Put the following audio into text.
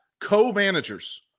Co-managers